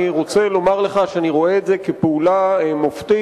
אני רוצה לומר לך שאני רואה את זה כפעולה חשובה